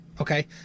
okay